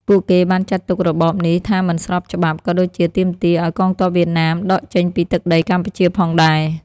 ពួកគេបានចាត់ទុករបបនេះថាមិនស្របច្បាប់ ក៏ដូចជាទាមទារឱ្យកងទ័ពវៀតណាមដកចេញពីទឹកដីកម្ពុជាផងដែរ។